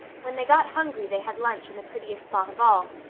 when they got hungry they had lunch in the prettiest spot of all.